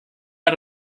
add